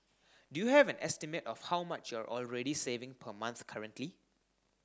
do you have an estimate of how much you're already saving per month currently